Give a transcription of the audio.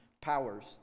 powers